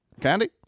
candy